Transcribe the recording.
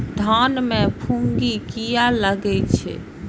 धान में फूफुंदी किया लगे छे?